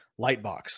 Lightbox